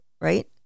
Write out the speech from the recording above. Right